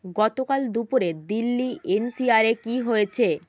গতকাল দুপুরে Delhi N C R এ কী হয়েছে